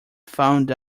found